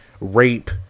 Rape